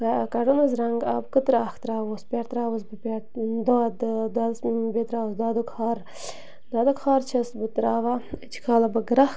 آ کَڈُن حظ رَنٛگ آبہٕ قطرٕ اَکھ ترٛاوہوس پٮ۪ٹھٕ ترٛاوہوس بہٕ پٮ۪ٹھٕ دۄد آ دۄدَس بیٚیہِ ترٛاوَس دۅدُک ہار دۅدُک ہار چھَس بہٕ ترٛاوان أسۍ چھِ کھالان پَتہٕ گرٛٮ۪کھ